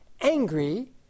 angry